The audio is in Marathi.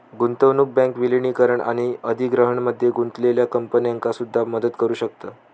गुंतवणूक बँक विलीनीकरण आणि अधिग्रहणामध्ये गुंतलेल्या कंपन्यांका सुद्धा मदत करू शकतत